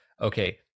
Okay